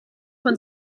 man